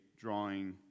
drawing